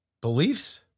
beliefs